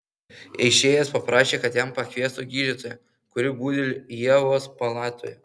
išėjęs paprašė kad jam pakviestų gydytoją kuri budi ievos palatoje